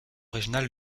régional